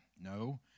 No